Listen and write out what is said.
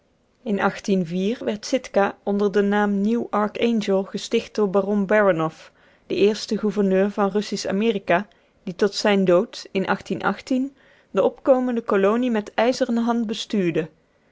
in werd sitka onder den naam nieuw archangel gesticht door baron baranoff den eersten gouverneur van russisch amerika die tot zijnen dood in de opkomende kolonie met ijzeren hand bestuurde